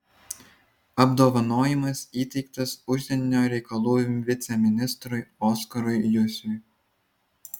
apdovanojimas įteiktas užsienio reikalų viceministrui oskarui jusiui